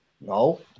No